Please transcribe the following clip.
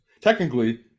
Technically